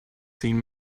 seen